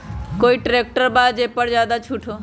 कोइ ट्रैक्टर बा जे पर ज्यादा छूट हो?